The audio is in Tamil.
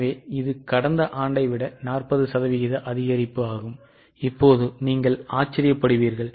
எனவே இது கடந்த ஆண்டை விட 40 சதவீத அதிகரிப்பு ஆகும் இப்போது நீங்கள் நிச்சயமாக வருவீர்கள்